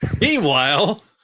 Meanwhile